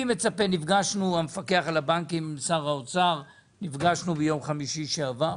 נפגשתי עם המפקח על הבנקים ועם שר האוצר ביום חמישי שעבר,